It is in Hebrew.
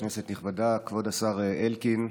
כנסת נכבדה, כבוד השר אלקין,